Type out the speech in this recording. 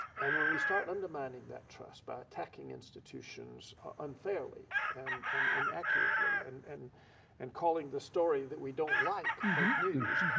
and when we start undermining that trust by attacking institutions unfairly and and inaccurately and and and calling the story that we don't like fake news,